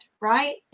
right